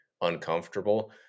uncomfortable